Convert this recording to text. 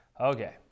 Okay